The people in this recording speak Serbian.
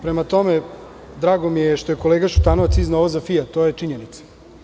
Prema tome, drago mi je što je kolega Šutanovac izneo ovo za „Fijat“, to je činjenica.